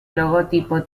logotipo